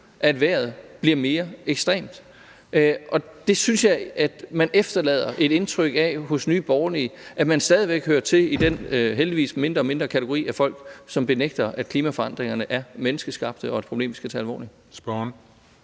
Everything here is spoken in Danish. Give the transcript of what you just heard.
at vejret bliver mere ekstremt. Og jeg synes, det efterlader et indtryk af, at Nye Borgerlige stadig væk hører til i den heldigvis mindre og mindre kategori af folk, som benægter, at klimaforandringerne er menneskeskabte og et problem, vi skal tage alvorligt. Kl.